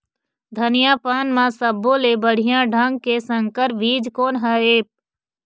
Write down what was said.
धनिया पान म सब्बो ले बढ़िया ढंग के संकर बीज कोन हर ऐप?